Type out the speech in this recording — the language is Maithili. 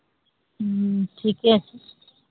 ह्म्म ठीके छै